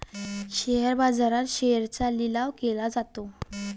share बाजारात शेअर्सचा लिलाव केला जातो